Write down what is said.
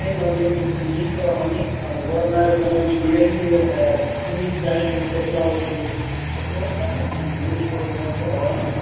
my name is hamid farahani. i'm a water management engineer here at east national technology support center in greensboro, north carolina.